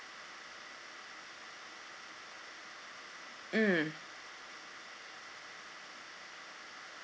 mm